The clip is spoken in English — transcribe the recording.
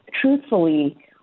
truthfully